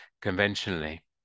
conventionally